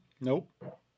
Nope